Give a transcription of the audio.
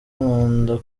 nkunda